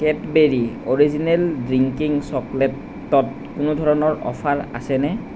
Cadbury original drinking চকলেটত কোনো ধৰণৰ অ'ফাৰ আছেনে